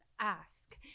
ask